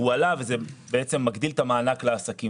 הוא עלה וזה בעצם מגדיל את המענק לעסקים.